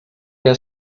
que